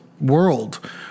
world